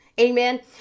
Amen